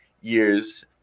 years